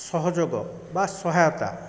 ସହଯୋଗ ବା ସହାୟତା